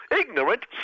ignorant